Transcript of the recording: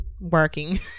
working